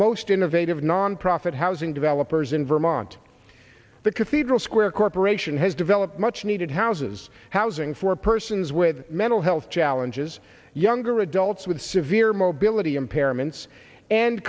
most innovative nonprofit housing developers in vermont the cathedral square corporation has developed much needed houses housing for persons with mental health challenges younger adults with severe mobility impairments and